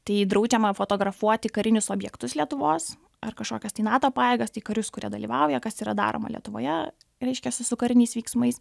tai draudžiama fotografuoti karinius objektus lietuvos ar kažkokias tai nato pajėgas tai karius kurie dalyvauja kas yra daroma lietuvoje reiškiasi su kariniais veiksmais